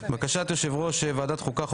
בקשת יושב ראש ועדת החוקה,